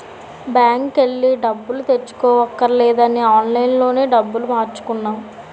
బాంకెల్లి డబ్బులు తెచ్చుకోవక్కర్లేదని ఆన్లైన్ లోనే డబ్బులు మార్చుకున్నాం